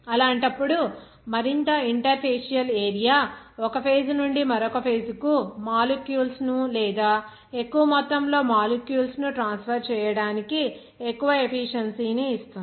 అలాంటప్పుడు మరింత interfacial area ఒక ఫేజ్ నుండి మరొక ఫేజ్ కు మాలిక్యూల్స్ ను లేదా ఎక్కువ మొత్తంలో మాలిక్యూల్స్ ను ట్రాన్స్ఫర్ చేయడానికి ఎక్కువ ఎఫీషియెన్సీ ని ఇస్తుంది